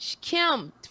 Kim